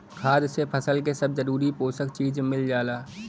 खाद से फसल के सब जरूरी पोषक चीज मिल जाला